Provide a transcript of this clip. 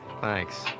thanks